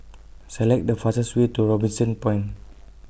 Select The fastest Way to Robinson Point